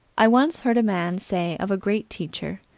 i once heard a man say of a great teacher,